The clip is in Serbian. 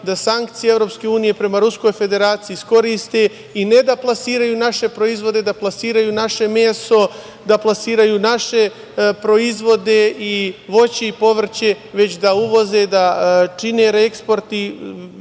da sankcije EU prema Ruskoj Federaciji iskoriste i ne da plasiraju naše proizvode, da plasiraju naše meso, da plasiraju naše proizvode i voće i povrće, već da uvoze, da čine reeksport.